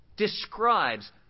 describes